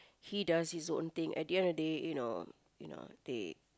he does his own thing at the end of the day you know you know they